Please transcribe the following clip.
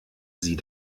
sie